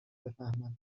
بفهمن